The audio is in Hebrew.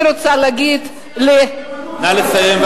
נא לסיים.